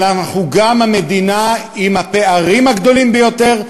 אבל אנחנו גם המדינה עם הפערים הגדולים ביותר,